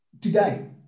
today